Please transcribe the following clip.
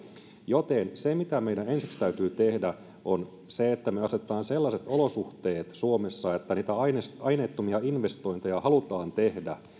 joten se mitä meidän ensiksi täytyy tehdä on se että me asetamme sellaiset olosuhteet suomessa että niitä aineettomia investointeja halutaan tehdä